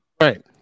Right